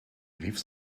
rief